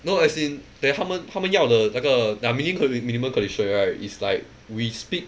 no as in that 他们他们要的那个 their mini~ cond~ minimum condition right is like we speak